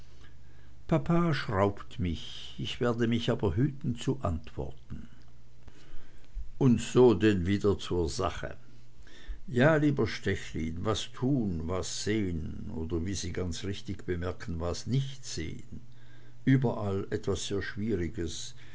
papa schraubt mich ich werde mich aber hüten zu antworten und so denn wieder zur sache ja lieber stechlin was tun was sehn oder wie sie ganz richtig bemerken was nicht sehn überall etwas sehr schwieriges